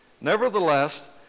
Nevertheless